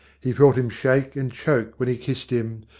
he felt him shake and choke when he kissed him,